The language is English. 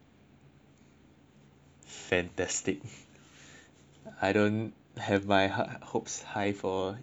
fantastic I don't have my hopes high for the orientation anyway